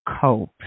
cope